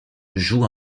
joue